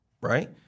right